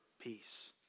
peace